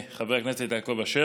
יחד עם הרב גפני וחבר הכנסת יעקב אשר,